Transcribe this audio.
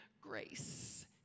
grace